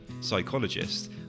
psychologist